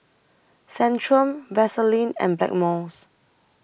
Centrum Vaselin and Blackmores